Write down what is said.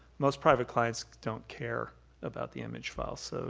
most private clients don't care about the image files, so